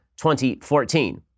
2014